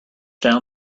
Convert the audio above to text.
down